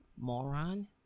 moron